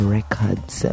Records